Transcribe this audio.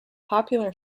popular